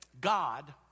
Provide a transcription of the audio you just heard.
God